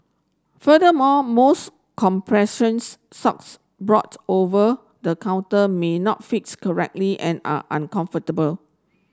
furthermore most compressions socks brought over the counter may not fits correctly and are uncomfortable